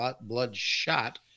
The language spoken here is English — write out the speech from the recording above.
bloodshot